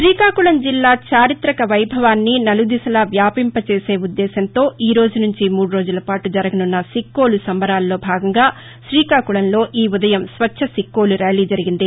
శ్రీకాకుళం జిల్లా చారితక వైభవాన్ని నలుదిశలా వ్యాపింపచేయాలనే ఉద్దేశ్యంతో ఈ రోజు నుంచి మూడు రోజుల పాటు జరగనున్న సిక్కోలు సంబరాలలో భాగంగా శ్రీకాకుళంలో ఉదయం స్వచ్చ సిక్కోలు ర్యాలీ జరిగింది